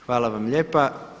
Hvala vam lijepa.